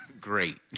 Great